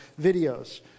videos